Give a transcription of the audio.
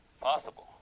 possible